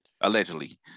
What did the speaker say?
allegedly